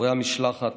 חברי המשלחת